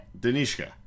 Danishka